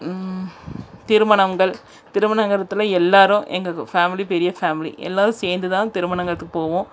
திருமணங்கள் திருமணங்கிறதுல எல்லோரும் எங்கள் ஃபேமிலி பெரிய ஃபேமிலி எல்லோரும் சேர்ந்து தான் திருமணங்களுக்கு போவோம்